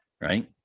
right